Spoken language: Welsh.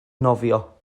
nofio